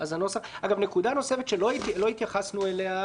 נקודה נוספת שלא התייחסנו אליה,